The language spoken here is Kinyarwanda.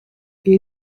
iri